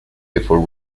before